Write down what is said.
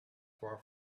far